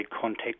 contact